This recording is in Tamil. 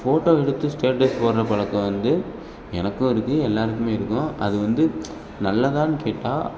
ஃபோட்டோ எடுத்து ஸ்டேட்டஸ் போடுற பழக்கம் வந்து எனக்கும் இருக்குது எல்லோருக்குமே இருக்கும் அது வந்து நல்லதானு கேட்டால்